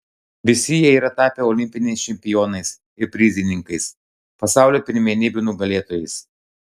visi jie yra tapę olimpiniais čempionais ir prizininkais pasaulio pirmenybių nugalėtojais